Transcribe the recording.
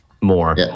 more